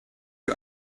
you